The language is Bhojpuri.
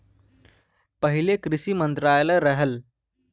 पहिले कृषि मंत्रालय रहल